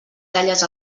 talles